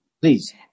Please